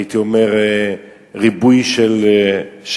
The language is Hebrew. באותה תקופה, הייתי אומר שהיה ריבוי של שבי.